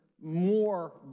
more